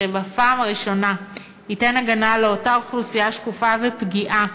שבפעם הראשונה ייתן הגנה לאותה אוכלוסייה שקופה ופגיעה